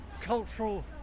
cultural